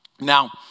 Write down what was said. Now